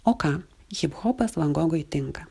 o ką hiphopas van gogui tinka